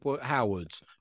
Howards